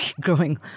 growing